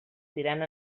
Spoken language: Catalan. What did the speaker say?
tirant